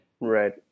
Right